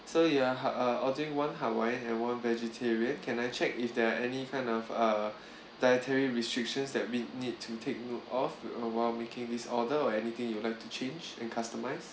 so ya I'll think one hawaii and won't vegetarian can I check if there are any kind of uh dietary restrictions that we need to take note of uh while making this order or anything you would like to change and customise